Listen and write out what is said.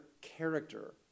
character